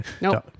No